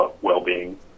well-being